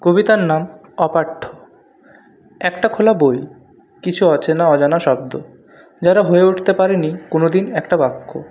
কবিতার নাম অপাঠ্য একটা খোলা বই কিছু অচেনা অজানা শব্দ যারা হয়ে উঠতে পারেনি কোনোদিন একটা বাক্য